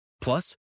Plus